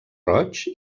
roig